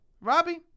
Robbie